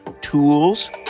tools